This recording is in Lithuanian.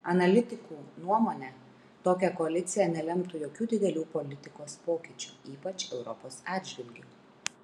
analitikų nuomone tokia koalicija nelemtų jokių didelių politikos pokyčių ypač europos atžvilgiu